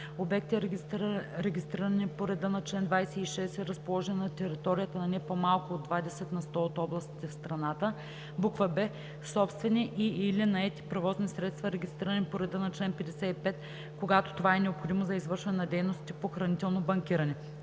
обекти, регистрирани по реда на чл. 26 и разположени на територията на не по-малко от 20 на сто от областите в страната; б) собствени и/или наети превозни средства, регистрирани по реда на чл. 55, когато това е необходимо за извършване на дейностите по хранително банкиране;